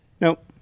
Nope